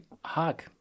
hug